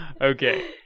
Okay